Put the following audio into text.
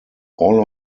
all